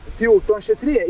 1423